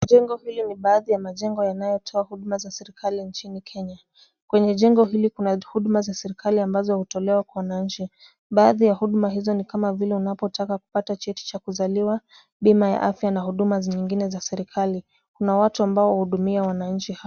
Jengo hili ni baadhi ya majengo yanayotoa huduma za serikali nchini Kenya. Kwenye jengo hili kuna huduma za serikali ambazo hutolewa kwa wananchi. Baadhi ya huduma hizo ni kama vile unapotaka kupata cheti cha kuzaliwa, bima ya afya na huduma zingine za serikali. Kuna watu ambao huudumia wananchi hapa.